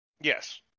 Yes